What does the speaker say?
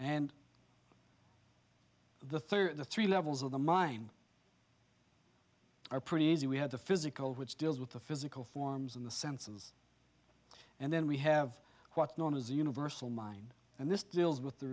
and the third or the three levels of the mind are pretty easy we have the physical which deals with the physical forms in the senses and then we have what's known as the universal mind and this deals with the